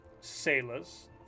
sailors